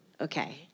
Okay